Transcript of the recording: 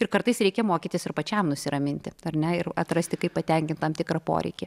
ir kartais reikia mokytis ir pačiam nusiraminti ar ne ir atrasti kaip patenkinti tam tikrą poreikį